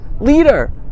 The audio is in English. leader